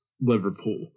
Liverpool